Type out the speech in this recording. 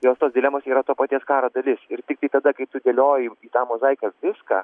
jos tos dilemos yra to paties karo dalis ir tiktai tada kai tu dėlioji į tą mozaiką viską